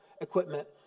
equipment